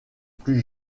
plus